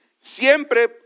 siempre